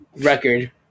record